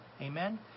Amen